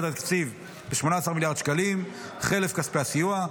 התקציב ב-18 מיליארד שקלים חלף כספי הסיוע,